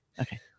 Okay